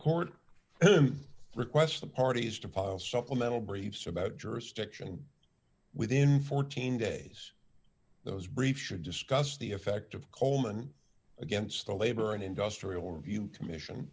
court requests the parties deposit supplemental briefs about jurisdiction within fourteen days those briefs should discuss the effect of coleman against the labor and industrial review commission